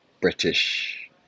British